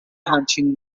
همچین